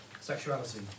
Sexuality